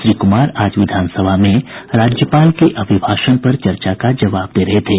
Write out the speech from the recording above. श्री कुमार आज विधानसभा में राज्यपाल के अभिभाषण पर चर्चा का जवाब दे रहे थे